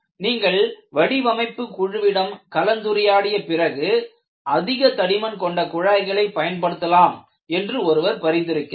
நீங்கள் வடிவமைப்பு குழுவிடம் கலந்துரையாடிய பிறகு அதிக தடிமன் கொண்ட குழாய்களை பயன்படுத்தலாம் என்று ஒருவர் பரிந்துரைக்கிறார்